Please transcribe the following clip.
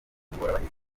ingorabahizi